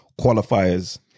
qualifiers